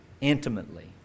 intimately